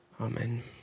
Amen